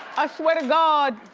i swear to god!